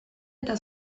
eta